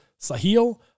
Sahil